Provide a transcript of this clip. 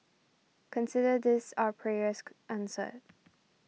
consider this our prayers answered